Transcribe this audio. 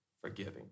forgiving